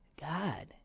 God